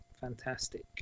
fantastic